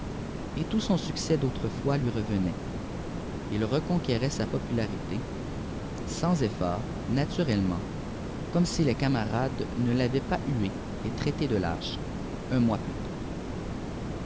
et tout son succès d'autrefois lui revenait il reconquérait sa popularité sans effort naturellement comme si les camarades ne l'avaient pas hué et traité de lâche un mois plus tôt